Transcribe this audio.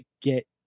get